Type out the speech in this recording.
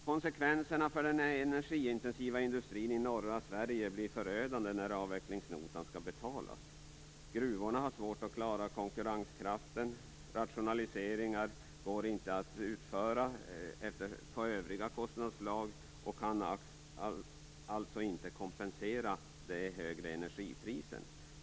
Konsekvenserna för den energiintensiva industrin i norra Sverige blir förödande när avvecklingsnotan skall betalas. Gruvorna har svårigheter att klara konkurrenskraften. Rationaliseringar går inte att överföras på övriga kostnadsslag och kan alltså inte kompensera de högre energipriserna.